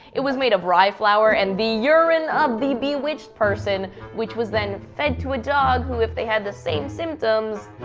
it was made of rye flour and the urine of the bewitched person which was then fed to a dog, who if they got the same symptoms,